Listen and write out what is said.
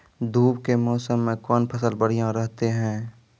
धूप के मौसम मे कौन फसल बढ़िया रहतै हैं?